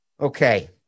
Okay